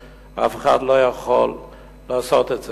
אף אחד לא יכול לעשות את זה.